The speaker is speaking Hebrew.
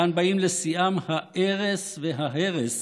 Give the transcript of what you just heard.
כאן באים לשיאם הארס וההרס